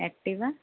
Activa